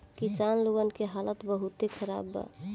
किसान लोगन के हालात बहुत खराब बा